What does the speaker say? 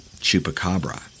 Chupacabra